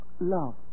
Love